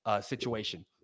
situation